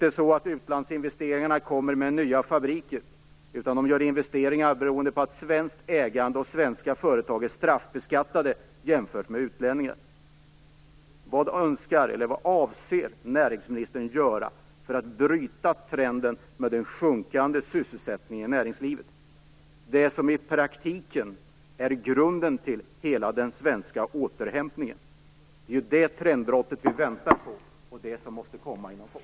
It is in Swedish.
Utlandsinvesteringarna kommer inte med nya fabriker, utan investeringar görs beroende på att svenskt ägande och svenska företag är straffbeskattade jämfört med utlänningar. Vad avser näringsministern göra för att bryta trenden med sjunkande sysselsättning i näringslivet - den sysselsättning som i praktiken är grunden för hela den svenska återhämtningen? Det är det trendbrottet vi väntar på, och det måste komma inom kort.